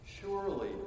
Surely